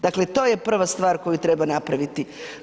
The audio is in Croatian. Dakle, to je prva stvar koju treba napraviti.